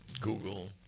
Google